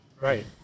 Right